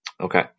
Okay